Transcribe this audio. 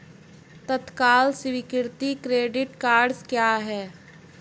तत्काल स्वीकृति credit cards क्या हैं?